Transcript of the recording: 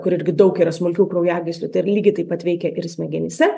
kur irgi daug yra smulkių kraujagyslių tai yra lygiai taip pat veikia ir smegenyse